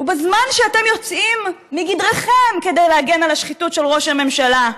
ובזמן שאתם יוצאים מגדרכם כדי להגן על השחיתות של ראש הממשלה,